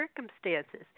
circumstances